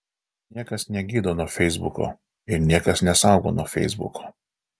niekas negydo nuo feisbuko ir niekas nesaugo nuo feisbuko